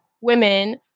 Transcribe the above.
women